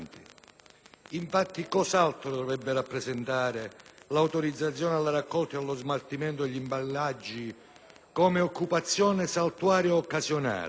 Infatti, cos'altro dovrebbe rappresentare l'autorizzazione alla raccolta e allo smaltimento degli imballaggi come occupazione saltuaria o occasionale?